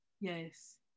yes